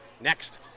Next